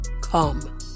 come